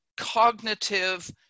cognitive